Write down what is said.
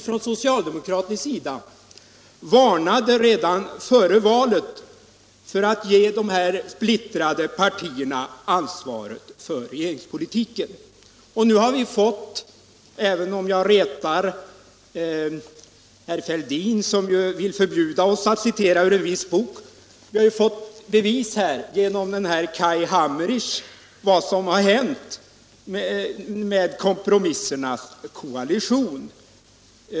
Från socialdemokratins sida varnade vi redan före valet för att ge de här splittrade partierna ansvaret för regeringspolitiken. Nu har vi fått bevis — även om jag retar herr Fiskesjö som vill förbjuda oss att citera ur en viss bok — genom Kaj Hammerich för vad som hänt med kompromissernas koalition.